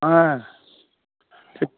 হ্যাঁ সে